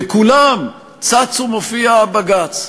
בכולם צץ ומופיע בג"ץ: